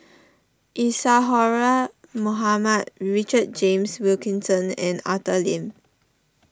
Isadhora Mohamed Richard James Wilkinson and Arthur Lim